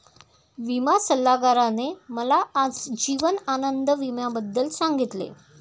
विमा सल्लागाराने मला आज जीवन आनंद विम्याबद्दल सांगितले